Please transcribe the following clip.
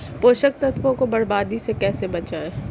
पोषक तत्वों को बर्बादी से कैसे बचाएं?